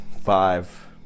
five